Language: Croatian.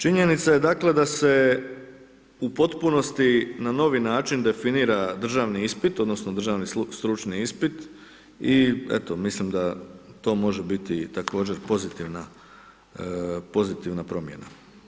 Činjenica je dakle da se u potpunosti na novi način definira državni ispit odnosno državni stručni ispit i eto, mislim da to može biti također pozitivna promjena.